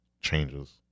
changes